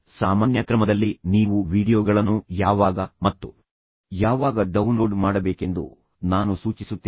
ಈಗ ಸಾಮಾನ್ಯ ಕ್ರಮದಲ್ಲಿ ನೀವು ವೀಡಿಯೊ ಗಳನ್ನು ಯಾವಾಗ ಮತ್ತು ಯಾವಾಗ ಡೌನ್ಲೋಡ್ ಮಾಡಬೇಕೆಂದು ನಾನು ಸೂಚಿಸುತ್ತೇನೆ